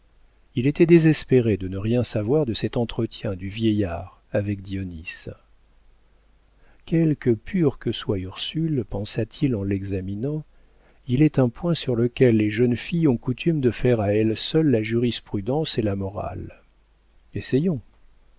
il était désespéré de ne rien savoir de cet entretien du vieillard avec dionis quelque pure que soit ursule pensa-t-il en l'examinant il est un point sur lequel les jeunes filles ont coutume de faire à elles seules la jurisprudence et la morale essayons